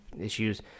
issues